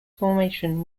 formation